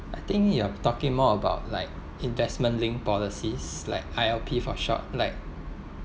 I think you are talking more about like investment linked policies like I_O_P for short like